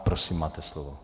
Prosím, máte slovo.